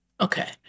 Okay